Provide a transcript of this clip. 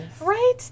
Right